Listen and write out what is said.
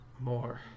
more